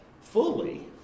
fully